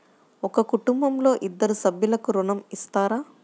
ఒక కుటుంబంలో ఇద్దరు సభ్యులకు ఋణం ఇస్తారా?